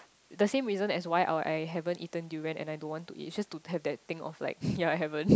the same reason as why I will I haven't eaten durian and I don't want to eat it's just to have that thing of like ya I haven't